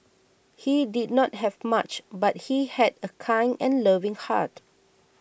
he did not have much but he had a kind and loving heart